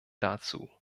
dazu